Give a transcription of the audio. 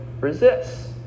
resists